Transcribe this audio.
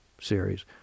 series